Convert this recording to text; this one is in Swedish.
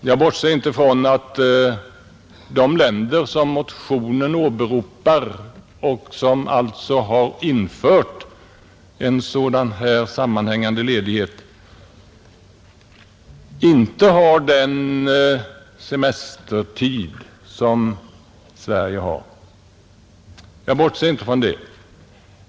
Jag bortser alltså inte från att de länder som åberopas i motionen och som har infört ett sådant här system med sammanhängande ledighet inte har lika långa semestertider som vi har här i Sverige.